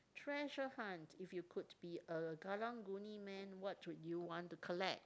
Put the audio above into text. treasure hunt if you count be a karang-guni man what would you want to collect